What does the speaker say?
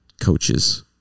coaches